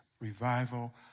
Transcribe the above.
revival